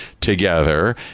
together